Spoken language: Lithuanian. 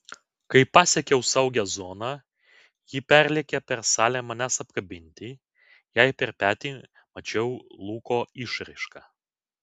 kai pasiekiau saugią zoną ji perlėkė per salę manęs apkabinti jai per petį mačiau luko išraišką